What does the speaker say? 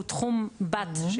שהוא תחום בת,